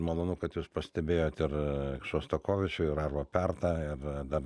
malonu kad jūs pastebėjot ir šostakovičių ir arvą pertą ir dar